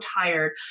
tired